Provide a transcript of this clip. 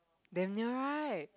damn near right